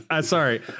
Sorry